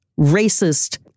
racist